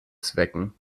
zwecken